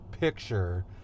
picture